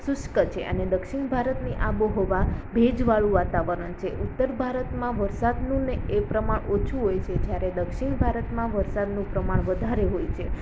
શુષ્ક છે અને દક્ષિણ ભારતની આબોહવા ભેજવાળું વાતાવરણ છે ઉત્તર ભારતમાં વરસાદનુંને એ પ્રમાણ ઓછું હોય છે જ્યારે દક્ષિણ ભારતમાં વરસાદનું પ્રમાણ વધારે હોય છે